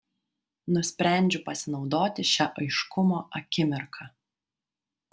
nusprendžiu pasinaudoti šia aiškumo akimirka